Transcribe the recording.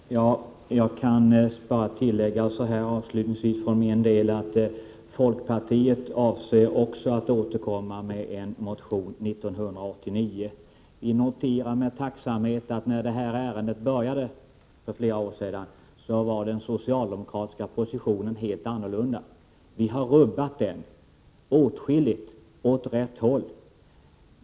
Herr talman! Jag kan bara tillägga så här avslutningsvis att också folkpartiet avser att återkomma med en motion 1989. Vi noterar med tacksamhet att när ärendet började för flera år sedan var den socialdemokratiska positionen helt annorlunda. Vi har rubbat den åtskilligt åt rätt håll.